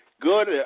Good